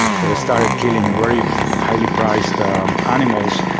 they started killing very highly prized animals.